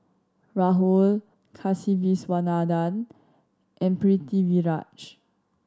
Rahul Kasiviswanathan and Pritiviraj